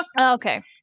Okay